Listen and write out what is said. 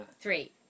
Three